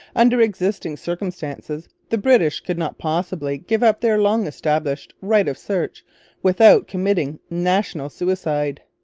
under existing circumstances the british could not possibly give up their long-established right of search without committing national suicide.